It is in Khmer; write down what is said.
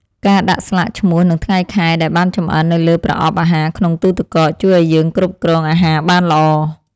ការដាក់ស្លាកឈ្មោះនិងថ្ងៃខែដែលបានចម្អិននៅលើប្រអប់អាហារក្នុងទូរទឹកកក ជួយឱ្យយើងគ្រប់គ្រងអាហារបានល្អ។